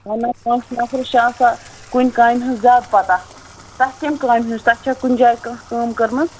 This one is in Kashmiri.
کٲنٛسہِ نَفرَس چھِ آسان کُنہِ کامہِ ہِنٛز زیادٕ پَتہ تۄہہِ کَمہِ کامہِ ہِنٛز تۄہہِ چھےٚ کُنہِ جایہِ کانٛہہ کٲم کٔرمٕژ